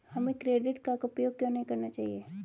हमें credit card का उपयोग क्यों नहीं करना चाहिए?